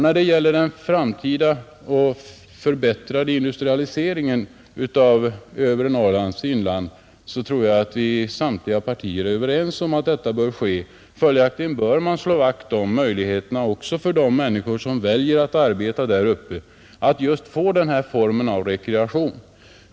När det gäller den framtida förbättrade industrialiseringen av övre Norrlands inland tror jag att vi inom samtliga partier är överens. Följaktligen bör man slå vakt om möjligheterna, också för de människor som väljer att arbeta där uppe, att få tillgång till just denna form av rekreation.